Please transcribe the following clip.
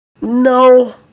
No